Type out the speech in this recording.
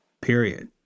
Period